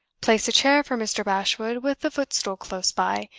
place a chair for mr. bashwood, with a footstool close by,